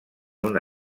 una